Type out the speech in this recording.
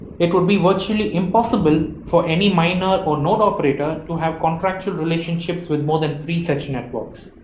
it would be virtually impossible for any miner or node operator to have contractual relationships with more than three such networks.